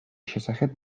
შესახებ